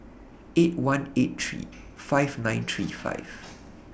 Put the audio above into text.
eight one eight three five nine three five